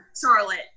Charlotte